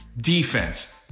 defense